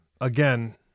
Again